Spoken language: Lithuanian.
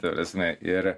ta prasme ir